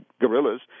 guerrillas